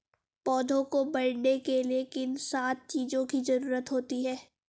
पौधों को बढ़ने के लिए किन सात चीजों की जरूरत होती है?